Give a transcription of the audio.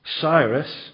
Cyrus